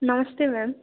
नमस्ते मेम्